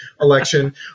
election